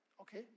Okay